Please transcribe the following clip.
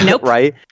right